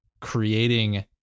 creating